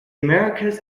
americas